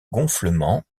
gonflement